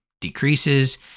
decreases